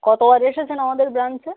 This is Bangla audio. কতবার এসেছেন আমাদের ব্রাঞ্চে